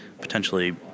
potentially